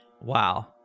wow